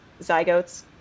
zygotes